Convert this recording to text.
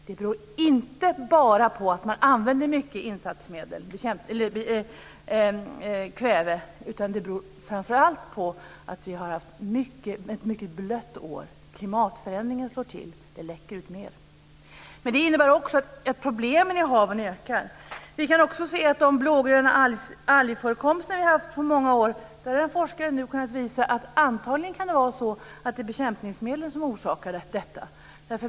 Det beror inte bara på att man använder mycket kväve. Det beror framför allt på att vi har haft ett mycket blött år. Klimatförändringen slår till. Det läcker ut mer. Det innebär också att problemen i haven ökar. Angående den förekomst av blågröna alger som vi haft under många år har en forskare nu kunnat visa att det antagligen är bekämpningsmedlen som orsakar detta.